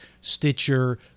Stitcher